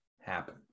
happen